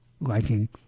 liking